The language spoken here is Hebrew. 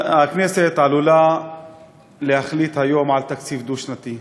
הכנסת עלולה להחליט היום על תקציב דו-שנתי.